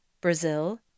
Brazil